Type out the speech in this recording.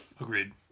Agreed